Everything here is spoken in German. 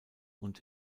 und